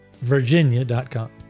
Virginia.com